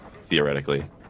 theoretically